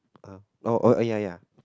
um oh oh oh ya ya